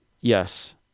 Yes